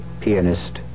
pianist